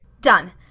Done